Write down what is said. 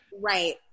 right